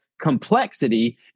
complexity